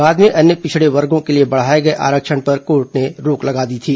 बाद में अन्य पिछड़े वर्गों के लिए बढ़ाए गए आरक्षण पर कोर्ट ने रोक लगा दी थी